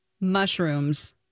mushrooms